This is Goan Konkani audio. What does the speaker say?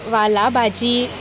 वाला भाजी